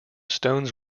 stones